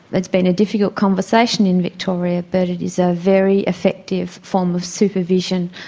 but it's been a difficult conversation in victoria but it is a very effective form of supervision,